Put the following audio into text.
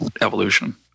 evolution